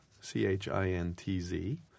C-H-I-N-T-Z